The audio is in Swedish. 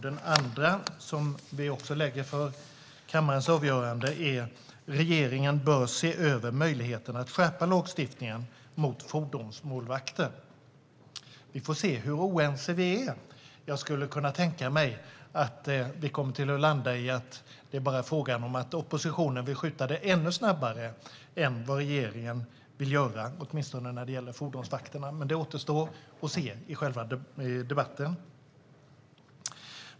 Det andra tillkännagivandet som vi lägger fram för kammarens avgörande är följande: Regeringen bör se över möjligheten att skärpa lagstiftningen mot fordonsmålvakter. Vi får se hur oense vi är. Jag kan tänka mig att det kommer att landa i att oppositionen vill skjuta fram detta ännu snabbare än vad regeringen vill göra, åtminstone när det gäller fordonsmålvakterna. Det återstår att se i själva debatten.